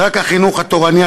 רק החינוך התורני,